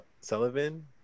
sullivan